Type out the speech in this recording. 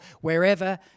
wherever